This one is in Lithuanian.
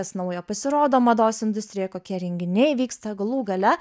kas naujo pasirodo mados industrijoj kokie renginiai vyksta galų gale